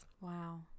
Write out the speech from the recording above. Wow